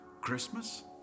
Christmas